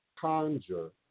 Conjure